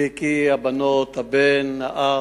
ויקי, הבנות, הבן, האח,